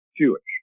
Jewish